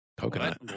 Coconut